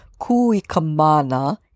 Kuikamana